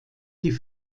die